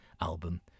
album